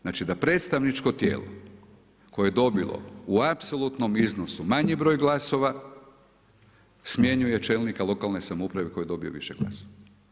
Znači da predstavničko tijelo koje je dobilo u apsolutnom iznosu manji broj glasova smjenjuje čelnika lokalne samouprave koji je dobio više glasova.